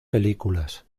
películas